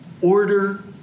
order